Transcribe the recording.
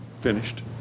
finished